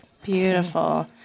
Beautiful